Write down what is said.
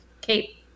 Kate